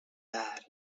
bad